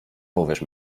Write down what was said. powiesz